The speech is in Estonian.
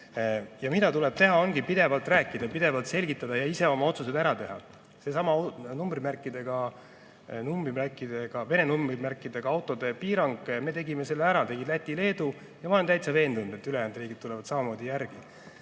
Ja mida tuleb teha, ongi pidevalt rääkida, pidevalt selgitada ja ise oma otsused ära teha. Seesama Vene numbrimärgiga autode piirang – me tegime selle ära, tegid ka Läti-Leedu. Ja ma olen täitsa veendunud, et ülejäänud riigid tulevad samamoodi järgi.